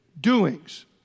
doings